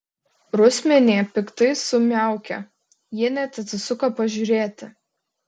rusmenė piktai sumiaukė jie net atsisuko pažiūrėti